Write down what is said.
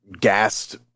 gassed